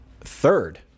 Third